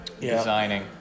designing